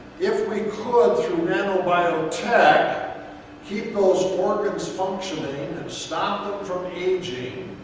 if we could nanobiotech keep those organs functioning and stop them from aging,